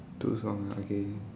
two song okay